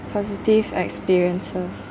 positive experiences